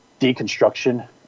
deconstruction